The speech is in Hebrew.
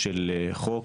בשורה של חוק